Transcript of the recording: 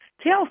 Tell